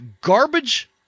garbage